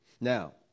Now